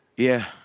yeah.